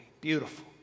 Beautiful